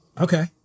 Okay